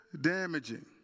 damaging